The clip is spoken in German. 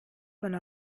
von